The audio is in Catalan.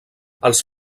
els